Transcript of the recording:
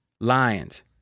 Lions